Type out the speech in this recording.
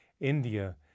India